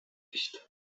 nicht